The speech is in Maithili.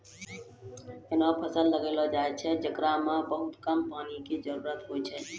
ऐहनो फसल लगैलो जाय छै, जेकरा मॅ बहुत कम पानी के जरूरत होय छै